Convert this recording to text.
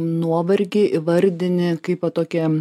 nuovargį įvardini kaip po tokią